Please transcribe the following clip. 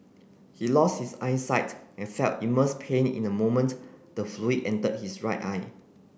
he lost his eyesight and felt immense pain in the moment the fluid entered his right eye